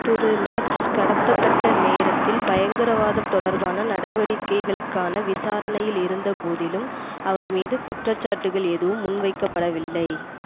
திரு Nasr கடத்தப்பட்ட நேரத்தில் பயங்கரவாதம் தொடர்பான நடவடிக்கைகளுக்கான விசாரணையில் இருந்த போதிலும் அவர் மீது குற்றச்சாட்டுகள் எதுவும் முன்வைக்கப்படவில்லை